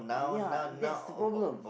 ya that's the problem